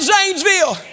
Zanesville